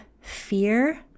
fear